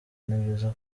nibyiza